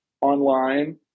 online